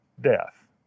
death